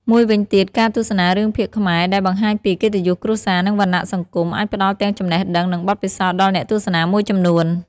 មួយវិញទៀត ការទស្សនារឿងភាគខ្មែរដែលបង្ហាញពី កិត្តិយសគ្រួសារ និង វណ្ណៈសង្គម អាចផ្ដល់ទាំងចំណេះដឹង និងបទពិសោធដល់អ្នកទស្សនាមួយចំនួន។